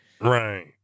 Right